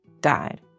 died